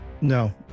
No